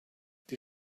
die